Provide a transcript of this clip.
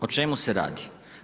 O čemu se radi?